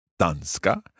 Danska